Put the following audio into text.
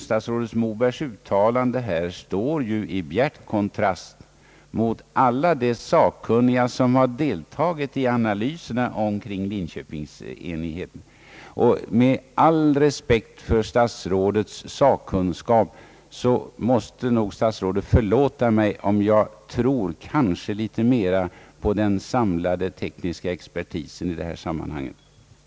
Statsrådet Mobergs uttalande här står i bjärt kontrast till alla de sakkunnigas uppfattning; sakkunniga som deltagit i analyserna kring Linköpingsenheten. Med all respekt för statsrådet Mobergs sakkunskap litar jag dock mer på den samlade tekniska expertisen i det här sammanhanget.